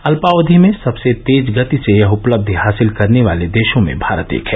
अल्पावधि में सबसे तेज गति से यह उपलब्धि हासिल करने वाले देशों में भारत एक है